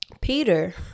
Peter